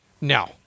No